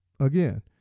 Again